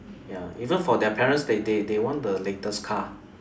ya even for their parents they they they want the latest car